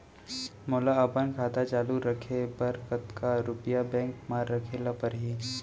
मोला अपन खाता चालू रखे बर कतका रुपिया बैंक म रखे ला परही?